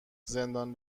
زندان